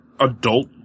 adult